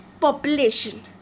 population